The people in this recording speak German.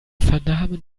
vernahmen